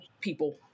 people